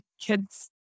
kids